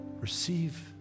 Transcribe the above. receive